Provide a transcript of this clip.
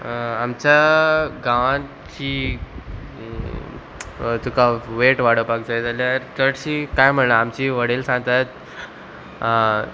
आमच्या गांवांत जी तुका वेट वाडोवपाक जाय जाल्यार चडशीं कांय म्हणना आमची व्हडेल सांगतात